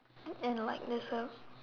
and like there's a